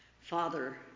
Father